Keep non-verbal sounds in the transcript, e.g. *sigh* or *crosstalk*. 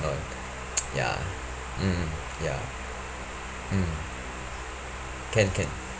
all *noise* ya mm ya mm can can